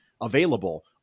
available